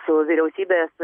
su vyriausybės